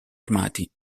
armati